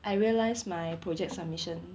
I realize my project submission